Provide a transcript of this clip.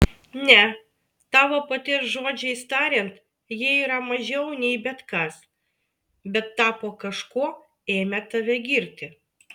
ne tavo paties žodžiais tariant jie yra mažiau nei bet kas bet tapo kažkuo ėmę tave girti